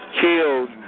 killed